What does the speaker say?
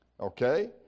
Okay